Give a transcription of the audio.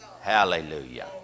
Hallelujah